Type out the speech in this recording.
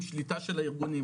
עם שליטה של הארגונים,